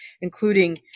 including